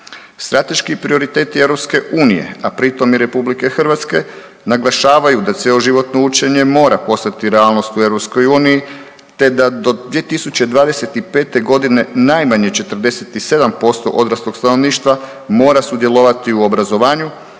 Strateški prioriteti EU, a pritom i RH, naglašavaju da cjeloživotno učenje mora postati realnost u EU te da do 2025. g. najmanje 47% odraslog stanovništva mora sudjelovati u obrazovanju,